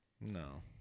No